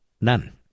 None